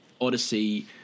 odyssey